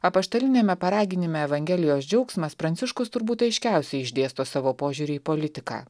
apaštaliniame paraginime evangelijos džiaugsmas pranciškus turbūt aiškiausiai išdėsto savo požiūrį į politiką